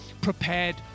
prepared